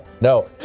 no